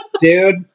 Dude